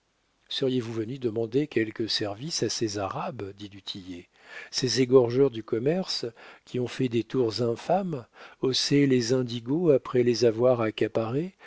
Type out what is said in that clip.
seriez-vous venu demander quelques services à ces arabes dit du tillet ces égorgeurs du commerce qui ont fait des tours infâmes hausser les indigos après les avoir